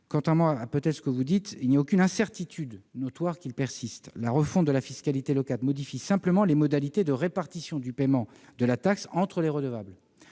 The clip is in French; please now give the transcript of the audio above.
Contrairement à ce que vous dites, aucune incertitude notoire ne persiste. La refonte de la fiscalité locale modifie simplement les modalités de répartition du paiement de la taxe entre les redevables.